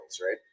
right